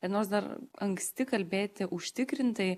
ir nors dar anksti kalbėti užtikrintai